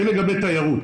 זה לגבי תיירות.